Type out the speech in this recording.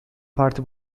parti